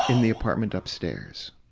um the apartment upstairs.